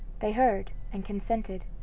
they heard and consented.